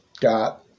got